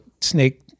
snake